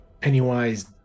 pennywise